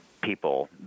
people